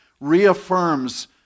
reaffirms